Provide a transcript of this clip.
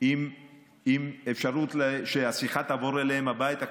עם אפשרות שהשיחה תעבור אליהם הביתה,